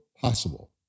possible